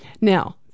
Now